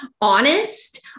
honest